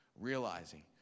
realizing